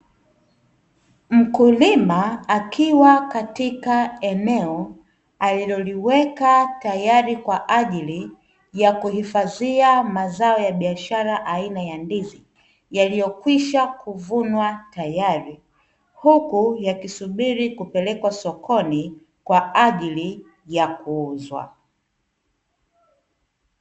Mkulima akiwa katika eneo aliloliweka kwa ajili ya kuhifadhia mazao ya biashara aina ya ndizi yaliyokwisha kuvunwa tayari, huku yakisubiri kupelekwa sokoni kwa ajili ya kuuzwa.